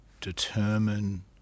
determine